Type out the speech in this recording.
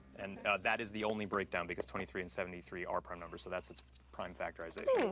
and that is the only breakdown, because twenty three and seventy three are prime numbers. so that's its prime factorization.